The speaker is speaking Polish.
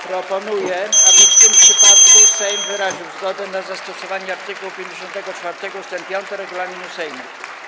Proponuję, aby w tym przypadku Sejm wyraził zgodę na zastosowanie art. 54 ust. 5 regulaminu Sejmu.